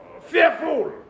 fearful